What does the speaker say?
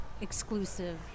exclusive